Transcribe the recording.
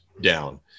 down